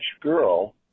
girl